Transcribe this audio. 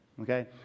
Okay